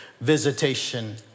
visitation